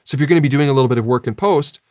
if you're gonna be doing a little bit of work in post,